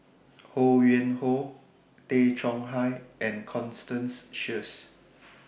Ho Yuen Hoe Tay Chong Hai and Constance Sheares